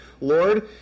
Lord